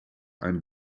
ein